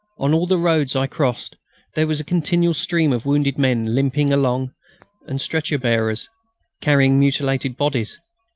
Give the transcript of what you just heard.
on all the roads i crossed there was a continual stream of wounded men limping along and stretcher-bearers carrying mutilated bodies.